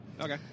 Okay